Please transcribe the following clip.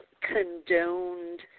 condoned